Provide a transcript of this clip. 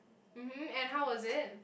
mmhmm and how was it